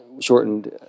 shortened